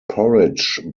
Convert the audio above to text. porridge